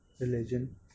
religion